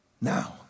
now